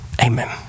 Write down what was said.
Amen